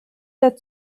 der